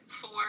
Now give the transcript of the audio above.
four